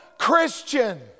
Christian